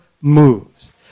moves